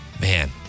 Man